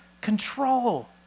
control